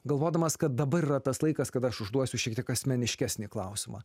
galvodamas kad dabar yra tas laikas kada aš užduosiu šiek tiek asmeniškesnį klausimą